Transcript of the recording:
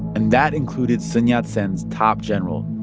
and that included sun yat-sen's top general,